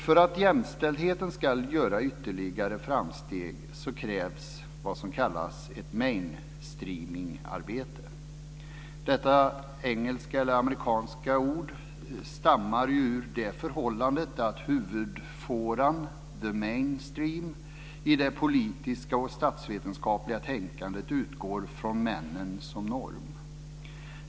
För att jämställdheten ska göra ytterligare framsteg krävs vad som kallas för mainstreaming-arbete. Detta engelska eller amerikanska ord stammar ur det förhållandet att huvudfåran, the mainstream, i det politiska och statsvetenskapliga tänkandet utgår från männen som norm.